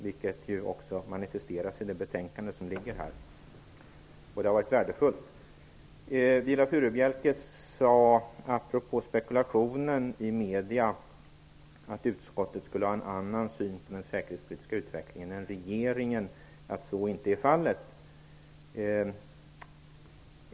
Detta manifesteras ju också i det betänkande som nu behandlas. Samarbetet har varit värdefullt. Apropå spekulationen i medierna om att utskottet skulle ha en annan syn på den säkerhetspolitiska utvecklingen än regeringen sade Viola Furubjelke att så inte är fallet.